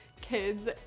kids